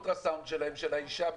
אנשים שולחים לי את האולטרסאונד של האישה,